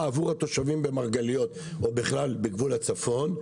עבור התושבים במרגליות ובכלל בגבול הצפון,